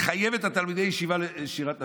לחייב את תלמידי הישיבה לשירת נשים,